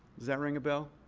does that ring a bell?